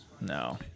No